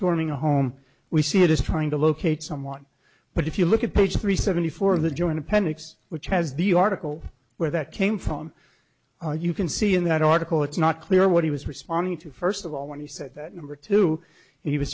storming a home we see it as trying to locate someone but if you look at page three seventy four of the joint appendix which has the article where that came on are you can see in that article it's not clear what he was responding to first of all when he said that number two he was